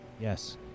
Yes